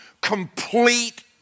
complete